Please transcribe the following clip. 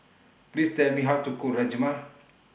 Please Tell Me How to Cook Rajma